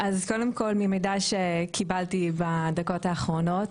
אז קודם כל ממידע שקיבלתי בדקות האחרונות